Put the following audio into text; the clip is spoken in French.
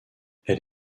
elle